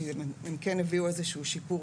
כי הם כן הביאו איזה שהוא שיפור,